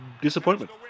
disappointment